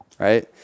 Right